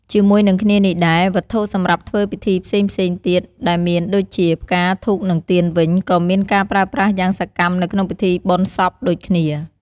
ជាមួយនឹងគ្នានេះដែរ វត្ថុសម្រាប់ធ្វើពិធីផ្សេងៗទៀត ដែលមានដូចជា ផ្កា ធូប និងទៀនវិញ ក៏មានការប្រើប្រាស់យ៉ាងសកម្មនៅក្នុងពិធីបុណ្យសពដូចគ្នា។